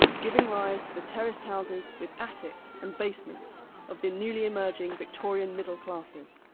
giving rise to the terraced houses with attics and basements of the newly emerging victorian middle classes.